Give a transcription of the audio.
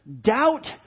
doubt